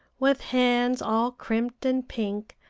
with hands all crimped and pink,